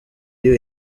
you